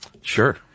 Sure